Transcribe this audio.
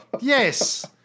yes